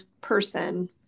person